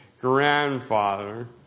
grandfather